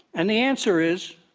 and the answer is,